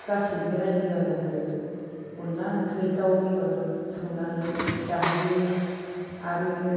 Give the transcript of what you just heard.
गासैबो रायजो राजाखौ अनला ओंख्रि दाउ बेदर संनानै जाहोयो आरो